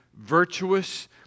virtuous